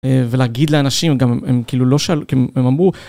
ולהגיד לאנשים גם, הם כאילו לא, הם אמרו...